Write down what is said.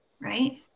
right